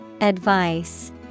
Advice